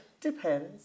Depends